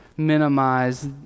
minimize